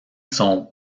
son